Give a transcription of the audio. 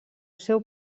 seu